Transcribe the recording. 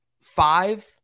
five